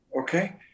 Okay